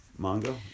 Mongo